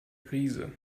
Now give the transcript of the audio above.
krise